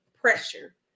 pressure